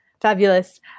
Fabulous